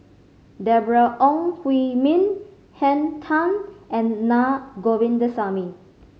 Deborah Ong Hui Min Henn Tan and Na Govindasamy